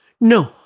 No